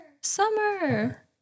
Summer